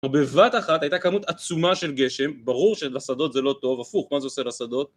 בבת אחת הייתה כמות עצומה של גשם, ברור שבשדות זה לא טוב, הפוך, מה זה עושה לשדות?